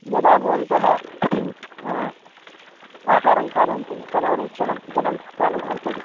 यदा भवन्तः आहारं खादन्ति तद् अनुक्षणं जलं पानं कर्तव्यं